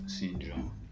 Syndrome